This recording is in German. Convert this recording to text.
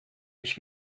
ich